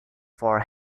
for